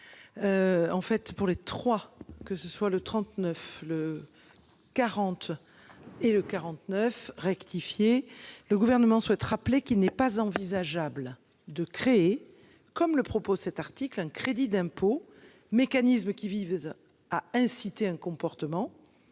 En fait pour les trois, que ce soit le 39 le. 40. Et le 49. Ratifier le gouvernement souhaite rappeler qu'il n'est pas envisageable de créer, comme le propose cet article un crédit d'impôt mécanisme qui vivent à inciter un comportement.